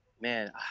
man